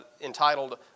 entitled